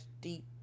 deep